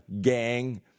gang